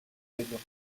table